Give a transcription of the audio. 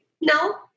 No